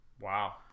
Wow